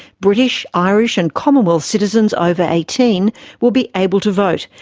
british, irish and commonwealth citizens over eighteen will be able to vote,